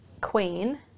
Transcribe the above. Queen